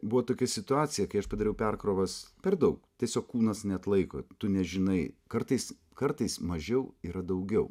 buvo tokia situacija kai aš padariau perkrovas per daug tiesiog kūnas neatlaiko tu nežinai kartais kartais mažiau yra daugiau